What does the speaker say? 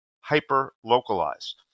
hyper-localized